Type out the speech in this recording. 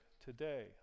today